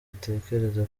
utekereza